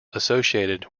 associated